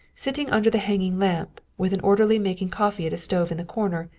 sitting under the hanging lamp, with an orderly making coffee at a stove in the corner,